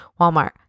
Walmart